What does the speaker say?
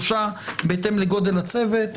נראה מה פתוח בו,